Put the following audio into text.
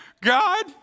God